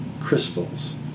crystals